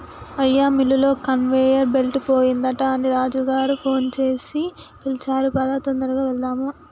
అయ్యా మిల్లులో conveyor belt పోయిందట అని రాజు గారు ఫోన్ సేసి పిలిచారు పదా తొందరగా వెళ్దాము